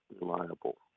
reliable